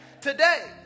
Today